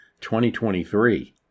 2023